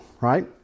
right